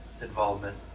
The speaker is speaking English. involvement